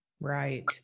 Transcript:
Right